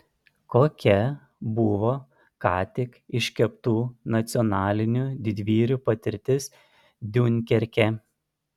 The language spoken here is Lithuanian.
kokia buvo ką tik iškeptų nacionalinių didvyrių patirtis diunkerke